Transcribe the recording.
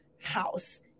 house